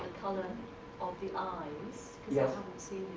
colour of the eyes? yeah